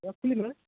ରଖିଲି ମାଆ